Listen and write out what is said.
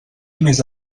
més